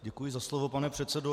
Děkuji za slovo, pane předsedo.